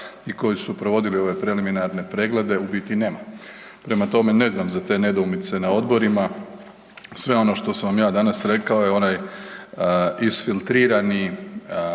i koji su provodili ove preliminarne preglede u biti nema. Prema tome, ne znam za te nedoumice na odborima, sve ono što sam vam ja danas rekao je onaj isfiltrirani